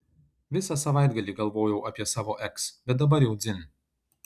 visą savaitgalį galvojau apie savo eks bet dabar jau dzin